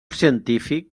científic